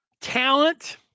Talent